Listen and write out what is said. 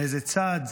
מאיזה צד.